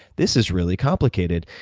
this is really complicated.